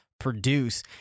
produce